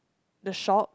the shop